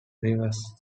reverse